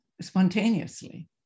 spontaneously